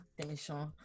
tension